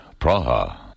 Praha